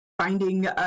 finding